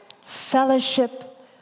fellowship